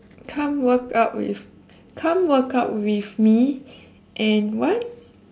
come workout with come workout with me and what